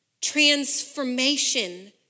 transformation